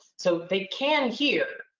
so they can hear,